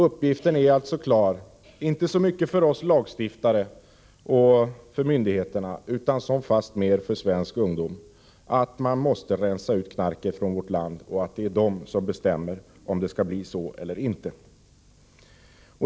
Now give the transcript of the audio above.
Uppgiften är alltså klar, inte så mycket för oss lagstiftare och för myndigheterna utan fastmer för svensk ungdom, att man måste rensa ut knarket från vårt land och att det är ungdomen som bestämmer om det skall bli så eller inte.